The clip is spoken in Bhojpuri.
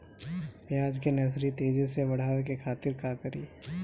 प्याज के नर्सरी तेजी से बढ़ावे के खातिर का करी?